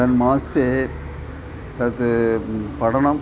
तन् मासे तत् पठनम्